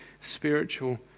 spiritual